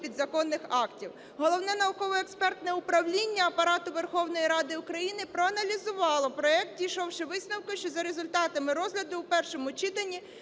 підзаконних актів. Головне науково-експертне управління Апарату Верховної Ради України проаналізувало проект, дійшовши висновку, що за результатами розгляду у першому читанні